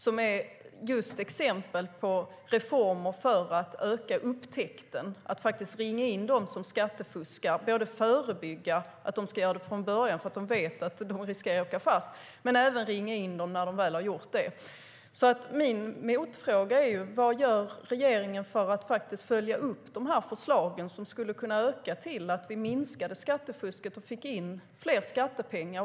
Det är exempel på reformer för att öka upptäckten och ringa in dem som skattefuskar. Det handlar både om att förebygga att man fuskar från början eftersom man vet att man riskerar att åka fast och om att ringa in dem när man väl har fuskat. Min motfråga är: Vad gör regeringen för att följa upp dessa förslag, som skulle kunna leda till att vi minskar skattefusket och får in mer skattepengar?